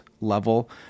level